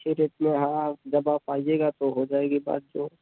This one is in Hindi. अच्छी रेट हाँ जब आप आइएगा तो हो जाएगी बात जो